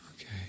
Okay